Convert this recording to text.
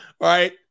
right